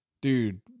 dude